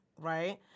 right